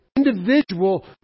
Individual